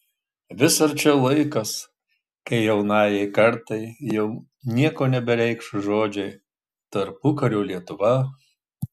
vis arčiau laikas kai jaunajai kartai jau nieko nebereikš žodžiai tarpukario lietuva